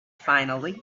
finally